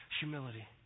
humility